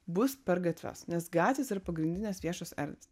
bus per gatves nes gatvės yra pagrindinės viešos erdvės